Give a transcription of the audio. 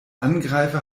angreifer